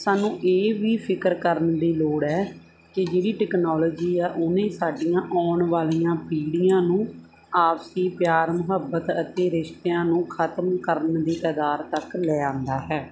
ਸਾਨੂੰ ਇਹ ਵੀ ਫਿਕਰ ਕਰਨ ਦੀ ਲੋੜ ਹੈ ਕਿ ਜਿਹੜੀ ਟੈਕਨੋਲੋਜੀ ਆ ਉਹਨੇ ਸਾਡੀਆਂ ਆਉਣ ਵਾਲੀਆਂ ਪੀੜ੍ਹੀਆਂ ਨੂੰ ਆਪਸੀ ਪਿਆਰ ਮੁਹੱਬਤ ਅਤੇ ਰਿਸ਼ਤਿਆਂ ਨੂੰ ਖ਼ਤਮ ਕਰਨ ਦੀ ਤਦਾਰ ਤੱਕ ਲੈ ਆਂਦਾ ਹੈ